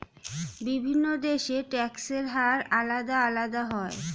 বিভিন্ন দেশের ট্যাক্সের হার আলাদা আলাদা হয়